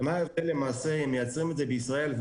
מייצרים את זה בישראל,